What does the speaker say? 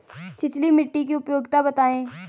छिछली मिट्टी की उपयोगिता बतायें?